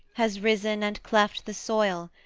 has risen and cleft the soil,